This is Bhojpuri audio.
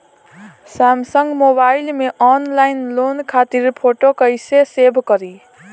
सैमसंग मोबाइल में ऑनलाइन लोन खातिर फोटो कैसे सेभ करीं?